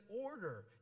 order